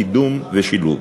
קידום ושילוב.